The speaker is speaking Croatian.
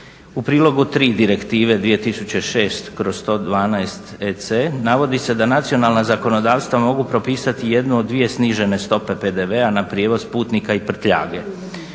u prilogu 3 Direktive 2006/112 EC navodi se da nacionalna zakonodavstva mogu propisati jednu od dvije snižene stope PDV-a na prijevoz putnika i prtljage.